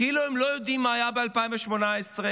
כאילו הם לא יודעים מה היה ב-2018 כאשר